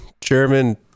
German